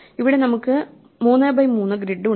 ഇവിടെ നമുക്ക് മൂന്ന് ബൈ മൂന്ന് ഗ്രിഡ് ഉണ്ട്